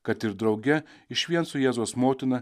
kad ir drauge išvien su jėzaus motina